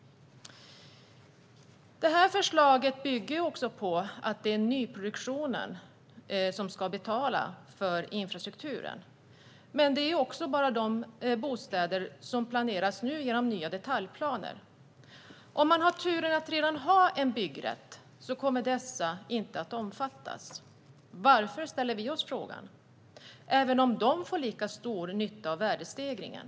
Detta förslag bygger på att nyproduktionen ska betala för infrastrukturen. Men det gäller bara de bostäder som nu planeras genom nya detaljplaner. Om man har turen att redan ha en byggrätt kommer den att inte omfattas. Vi i Liberalerna undrar varför, eftersom dessa kanske får lika stor nytta av värdestegringen.